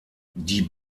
die